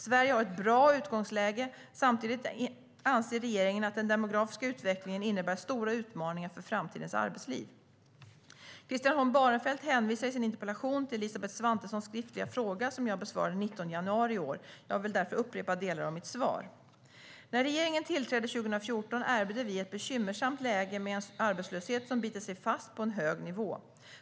Sverige har ett bra utgångsläge, men samtidigt anser regeringen att den demografiska utvecklingen innebär stora utmaningar för framtidens arbetsliv. Christian Holm Barenfeld hänvisar i sin interpellation till Elisabeth Svantessons skriftliga fråga som jag besvarade den 19 januari i år. Jag vill därför upprepa delar av mitt svar. När regeringen tillträdde 2014 ärvde vi ett bekymmersamt läge med en arbetslöshet som bitit sig fast på en hög nivå.